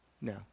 no